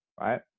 right